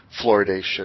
fluoridation